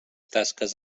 tasques